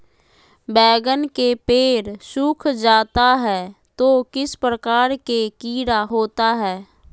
बैगन के पेड़ सूख जाता है तो किस प्रकार के कीड़ा होता है?